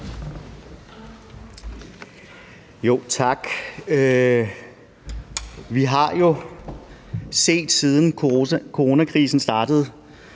Tak. Vi har jo, siden coronakrisen startede,